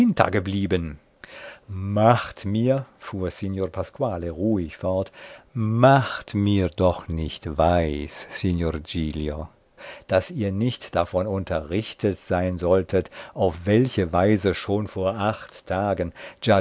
geblieben macht mir fuhr signor pasquale ruhig fort macht mir doch nicht weis signor giglio daß ihr nicht davon unterrichtet sein solltet auf welche weise schon vor acht tagen